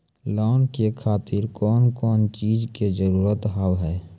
Loan के खातिर कौन कौन चीज के जरूरत हाव है?